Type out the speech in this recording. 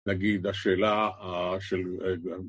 נגיד, השאלה של...